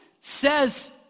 says